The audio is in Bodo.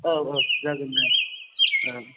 औ औ जागोन दे